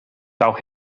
daw